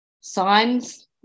signs